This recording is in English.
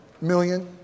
million